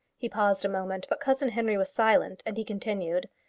he paused a moment, but cousin henry was silent, and he continued,